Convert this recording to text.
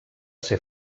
ser